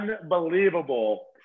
unbelievable